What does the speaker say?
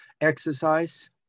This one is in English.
exercise